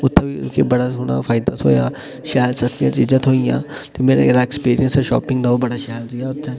उत्थें मिकी बड़ा सोह्ना फायदा थ्होएया शैल सस्तियां चीजां थ्होइयां ते मेरा जेह्ड़ा ऐक्सपीरियंस शापिंग दा ओह् बड़ा शैल रेहा उत्थें